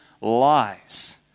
lies